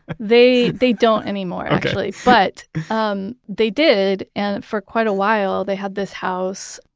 they they don't anymore actually, but um they did and for quite a while they had this house.